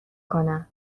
کنم